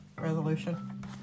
resolution